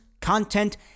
content